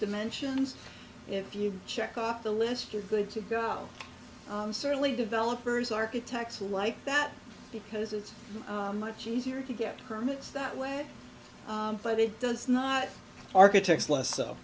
dimensions if you check off the list you're good to go certainly developers architects who like that because it's much easier to get permits that way but it does not architects less so